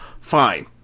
Fine